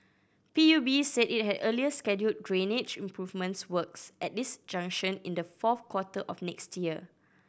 P U B said it had earlier scheduled drainage improvement works at this junction in the fourth quarter of next year